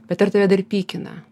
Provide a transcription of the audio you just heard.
bet ar tave dar pykina